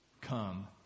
come